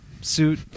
suit